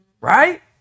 Right